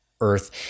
earth